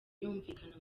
yumvikana